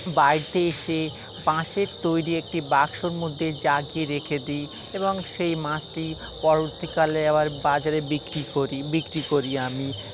বাড়িতে এসে বাঁশের তৈরি একটি বাক্সর মধ্যে জাগিয়ে রেখে দিই এবং সেই মাছটি পরবর্তীকালে আবার বাজারে বিক্রি করি বিক্রি করি আমি